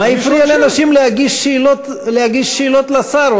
מה הפריע לאנשים להגיש שאלות לשר?